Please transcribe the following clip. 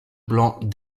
blanc